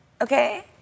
okay